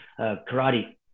karate